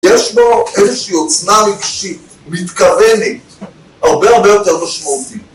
יש בו איזושהי עוצמה רגשית, מתכוונת, הרבה הרבה יותר משמעותית.